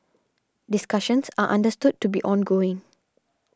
discussions are understood to be ongoing